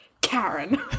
Karen